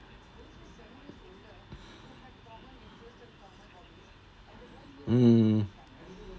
mm